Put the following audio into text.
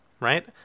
right